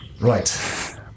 Right